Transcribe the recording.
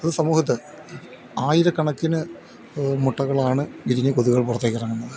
അത് സമൂഹത്ത് ആയിരക്കണക്കിന് മുട്ടകളാണ് വിരിഞ്ഞ് കൊതുകൾ പുറത്തേക്ക് ഇറങ്ങുന്നത്